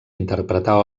interpretar